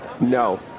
No